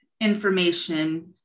information